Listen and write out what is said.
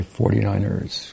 49ers